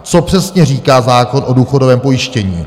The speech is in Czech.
Co přesně říká zákon o důchodovém pojištění?